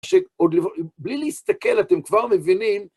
שעוד, בלי להסתכל, אתם כבר מבינים.